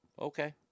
Okay